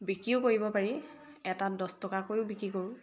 বিক্ৰীও কৰিব পাৰি এটাত দছ টকাকৈও বিক্ৰী কৰোঁ